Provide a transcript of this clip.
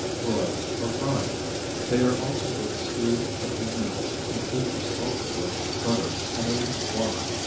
broiled, or fried they are also good stewed a few minutes, with bits of salt pork, butter, and a little water.